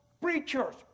preachers